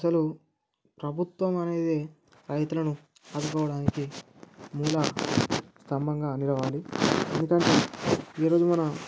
అసలు ప్రభుత్వం అనేది రైతులను ఆదుకోవడానికి మూల స్తంభంగా నిలబడి ఎందుకంటే ఈరోజు మన